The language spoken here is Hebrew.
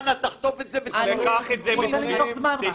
עבד אל חכים חאג' יחיא (הרשימה המשותפת):